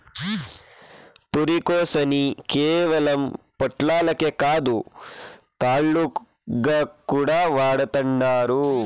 పురికొసని కేవలం పొట్లాలకే కాదు, తాళ్లుగా కూడా వాడతండారు